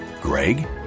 greg